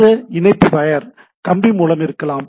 இந்த இணைப்பு வயர் கம்பி மூலம் இருக்கலாம்